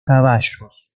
caballos